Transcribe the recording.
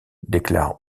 déclare